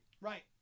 Right